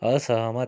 असहमत